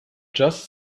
just